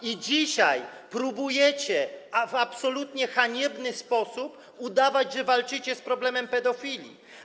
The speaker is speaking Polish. I dzisiaj próbujecie w absolutnie haniebny sposób udawać, że walczycie z problemem pedofilii.